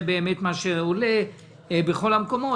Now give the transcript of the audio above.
שזה העלות בכל המקומות.